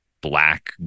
black